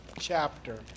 chapter